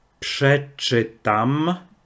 Przeczytam